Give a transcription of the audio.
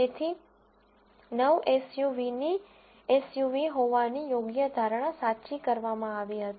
તેથી 9 એસયુવીની એસયુવી હોવાની યોગ્ય ધારણા સાચી કરવામાં આવી હતી